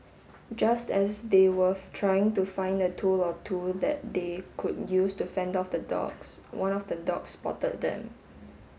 just as they were trying to find a tool or two that they could use to fend off the dogs one of the dogs spotted them